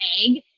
egg